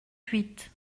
huit